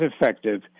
effective